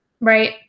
Right